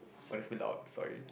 gotta speak loud sorry